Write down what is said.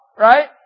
Right